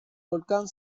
volcán